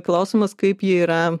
klausimas kaip jie yra